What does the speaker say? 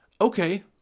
okay